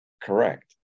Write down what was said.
correct